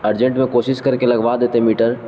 urgent میں کوشش کر کے لگوا دیتے میٹر